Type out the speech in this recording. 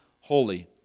holy